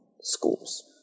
schools